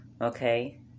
Okay